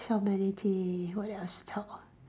what else to talk